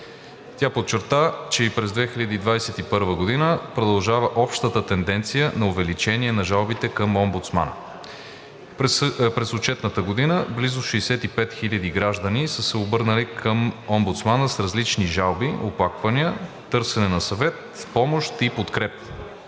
Тя подчерта, че и през 2021 г. продължава общата тенденция на увеличение на жалбите към омбудсмана. През отчетната година близо 65 хиляди граждани са се обърнали към омбудсмана с различни жалби, оплаквания, търсене на съвет, помощ и подкрепа.